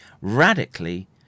radically